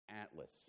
atlas